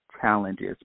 challenges